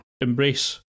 embrace